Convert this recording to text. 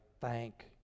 thank